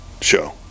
show